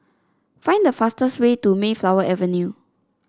find the fastest way to Mayflower Avenue